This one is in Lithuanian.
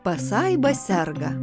pasaiba serga